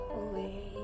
away